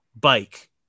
bike